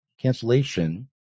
cancellation